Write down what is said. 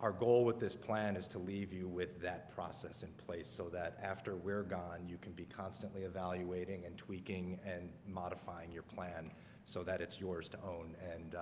our goal with this plan is to leave you with that process in place so that after we're gone you can be constantly evaluating and tweaking and modifying your plan so that it's yours to own and